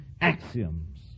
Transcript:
axioms